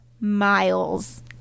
Miles